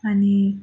आणि